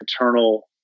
internal